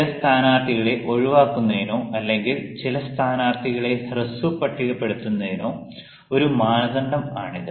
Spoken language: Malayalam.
ചില സ്ഥാനാർത്ഥികളെ ഒഴിവാക്കുന്നതിനോ അല്ലെങ്കിൽ ചില സ്ഥാനാർത്ഥികളെ ഹ്രസ്വ പട്ടികപ്പെടുത്തുന്നതിനോ ഒരു മാനദണ്ഡം ആണിത്